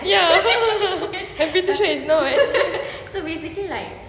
ya I pretty sure it's not